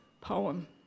poem